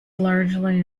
largely